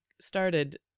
started